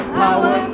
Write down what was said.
power